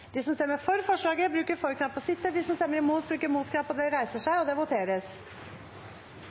De som stemmer for, svarer ja, og de som stemmer imot, svarer nei. Innstillingen oppnådde ikke det grunnlovsmessige flertall og